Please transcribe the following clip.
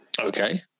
Okay